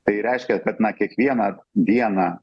tai reiškia kad na kiekvieną dieną